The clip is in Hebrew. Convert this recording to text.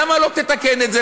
למה לא תתקן את זה?